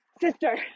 sister